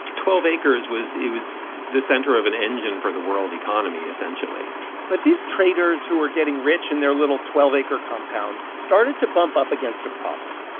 twelve acres was it was the center of an engine for the world economy, essentially but these traders who were getting rich in their little twelve acre compound started to bump up against a problem.